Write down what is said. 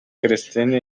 krystyny